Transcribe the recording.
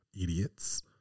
idiots